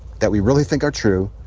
that we really think are true